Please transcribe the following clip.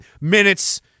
minutes